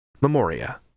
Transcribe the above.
Memoria